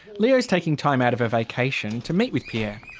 leo's taking time out of a vacation to meet with pierre.